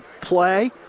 play